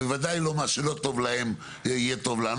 בוודאי לא מה שלא טוב להם יהיה טוב לנו,